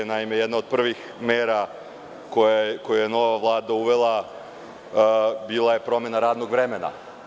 Naime, jedna od prvih mera koju je nova Vlada uvela bila je promena radnog vremena.